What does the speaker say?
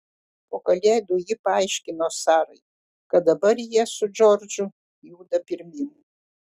po kalėdų ji paaiškino sarai kad dabar jie su džordžu juda pirmyn